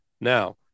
Now